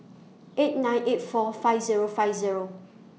eight nine eight four five Zero five Zero